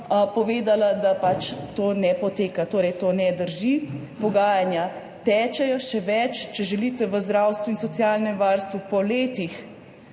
povedali, da pač to ne poteka. Torej, to ne drži, pogajanja tečejo. Še več, če želite, v zdravstvu in socialnem varstvu po letih,